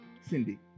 Cindy